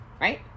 Right